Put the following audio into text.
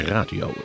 Radio